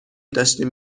داشتیم